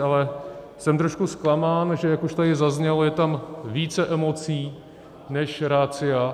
Ale jsem trošku zklamán, že jak už tady zaznělo, je tam více emocí než ratia.